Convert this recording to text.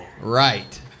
Right